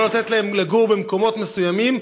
בשביל לא לתת להם לגור במקומות מסוימים,